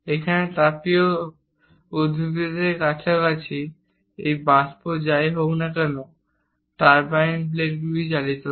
এখানে তাপীয় উদ্ভিদের কাছাকাছি এই বাষ্প যাই হোক না কেন টারবাইন ব্লেডগুলিকে চালিত করে